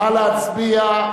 נא להצביע.